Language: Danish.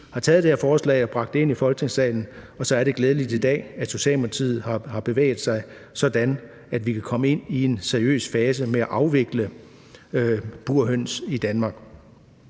taget det her forslag og bragt det ind i Folketingssalen, og så er det glædeligt i dag, at Socialdemokratiet har bevæget sig sådan, at vi kan komme ind i en seriøs fase med at afvikle burhøns i Danmark.